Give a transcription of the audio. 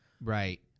right